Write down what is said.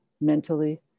mentally